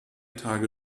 tage